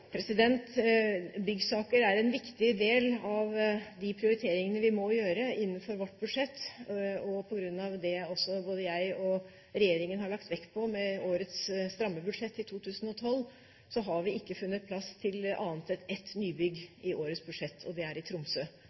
Byggsaker er en viktig del av de prioriteringene vi må gjøre innenfor vårt budsjett. På grunn av det både jeg og regjeringen har lagt vekt på med årets stramme budsjett for 2012, har vi ikke funnet plass til annet enn ett nybygg i årets budsjett, og det er i Tromsø.